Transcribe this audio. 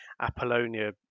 Apollonia